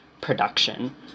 production